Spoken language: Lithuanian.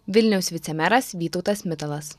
vilniaus vicemeras vytautas mitalas